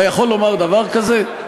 אתה יכול לומר דבר כזה?